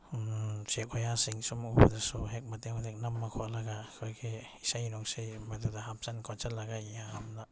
ꯎꯆꯦꯛ ꯀꯣꯌꯥꯁꯤꯡꯁꯨ ꯃꯈꯣꯏꯗꯁꯨ ꯍꯦꯛ ꯃꯇꯦꯛ ꯃꯇꯦꯛ ꯅꯝꯃ ꯈꯣꯠꯂꯒ ꯑꯩꯈꯣꯏꯒꯤ ꯏꯁꯩ ꯅꯨꯡꯁꯩ ꯃꯗꯨꯗ ꯍꯥꯞꯆꯤꯟ ꯈꯣꯠꯆꯤꯟꯂꯒ ꯌꯥꯝꯅ